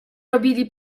robili